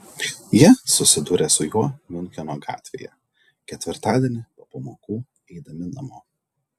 jie susidūrė su juo miuncheno gatvėje ketvirtadienį po pamokų eidami namo